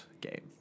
game